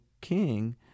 king